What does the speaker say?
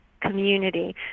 community